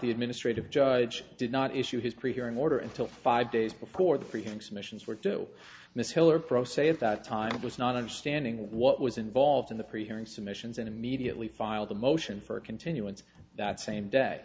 the administrative judge did not issue his pre hearing order until five days before the presents missions were due miss heller pro se at that time it was not understanding what was involved in the pre hearing submissions and immediately filed a motion for a continuance that same day